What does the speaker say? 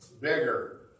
Bigger